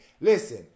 Listen